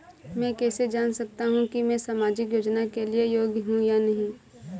मैं कैसे जान सकता हूँ कि मैं सामाजिक योजना के लिए योग्य हूँ या नहीं?